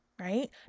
right